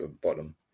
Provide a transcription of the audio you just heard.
bottom